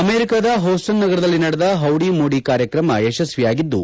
ಅಮೆರಿಕದ ಹೂಸ್ಸನ್ ನಗರದಲ್ಲಿ ನಡೆದ ಹೌಡಿ ಮೋಡಿ ಕಾರ್ಯಕ್ರಮ ಯಶಸ್ವಿಯಾಗಿದ್ದು